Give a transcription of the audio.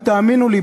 ותאמינו לי,